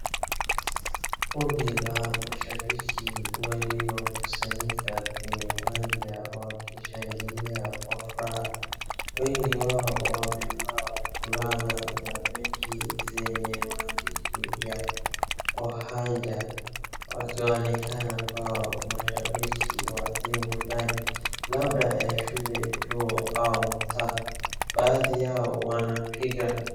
Kundi la mashabiki waliokusanyika kwenye uwanja wakishangilia kwa furaha, wengi wao wamevaa fulana za mechi zenye maandishi ya Kwahanja wakionekana kuwa mashabiki wa timu fulani, labda ya shule, chuo au mtaa. Baadhi yao wanapiga...